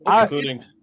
including